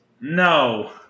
No